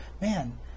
Man